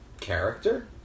character